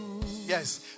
Yes